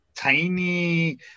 Tiny